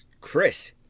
Chris